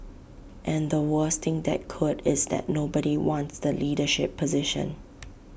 and the worst thing that could is that nobody wants the leadership position